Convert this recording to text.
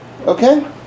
Okay